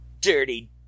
dirty